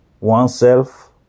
oneself